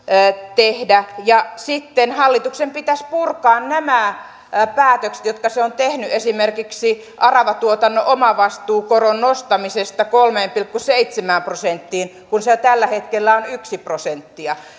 tehdä sitten hallituksen pitäisi purkaa nämä päätökset jotka se on tehnyt esimerkiksi aravatuotannon omavastuukoron nostamisesta kolmeen pilkku seitsemään prosenttiin kun se tällä hetkellä on yksi prosentti